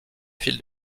fil